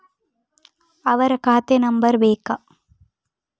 ಅವರ ಖಾತೆ ನಂಬರ್ ಬೇಕಾ?